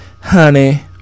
honey